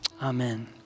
Amen